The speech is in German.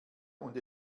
und